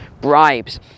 bribes